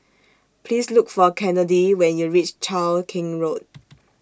Please Look For Kennedi when YOU REACH Cheow Keng Road